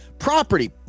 Property